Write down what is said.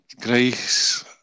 Grace